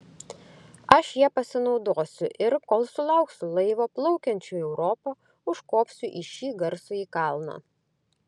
aš ja pasinaudosiu ir kol sulauksiu laivo plaukiančio į europą užkopsiu į šį garsųjį kalną